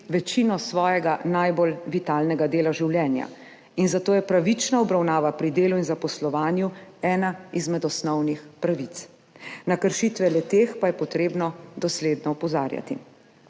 večino svojega najbolj vitalnega dela življenja in zato je pravična obravnava pri delu in zaposlovanju ena izmed osnovnih pravic, na kršitve le-te pa je treba dosledno opozarjati.